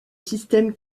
système